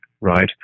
right